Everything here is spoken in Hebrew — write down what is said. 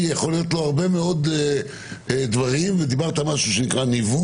יכול להיות הרבה מאוד דברים ודיברת על ניוון,